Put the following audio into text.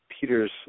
Peter's